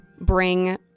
bring